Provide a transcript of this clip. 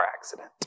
accident